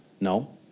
No